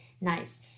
nice